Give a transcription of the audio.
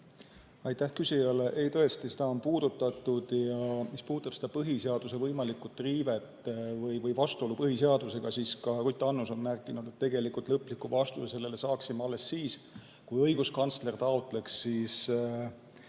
Aitäh küsijale! Ei, tõesti, seda on puudutatud. Ja mis puudutab võimalikku riivet või vastuolu põhiseadusega, siis ka Ruth Annus on märkinud, et tegelikult lõpliku vastuse sellele saaksime alles siis, kui õiguskantsler taotleks